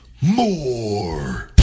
more